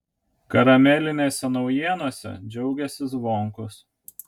karamelinėse naujienose džiaugėsi zvonkus